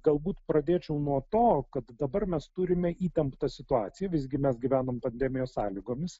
galbūt pradėčiau nuo to kad dabar mes turime įtemptą situaciją visgi mes gyvenam pandemijos sąlygomis